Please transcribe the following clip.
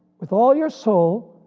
with all your soul,